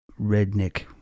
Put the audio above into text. redneck